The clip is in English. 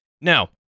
Now